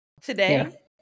Today